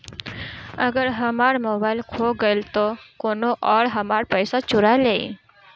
अगर हमार मोबइल खो गईल तो कौनो और हमार पइसा चुरा लेइ?